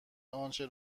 آنچه